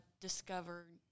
discovered